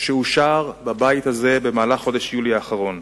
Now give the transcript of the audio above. שאושר בבית הזה בחודש יולי האחרון.